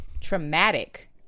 traumatic